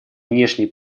внешней